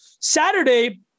Saturday